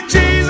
Jesus